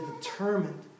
determined